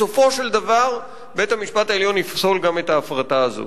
בסופו של דבר בית-המשפט העליון יפסול גם את ההפרטה הזו.